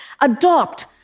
adopt